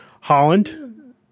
holland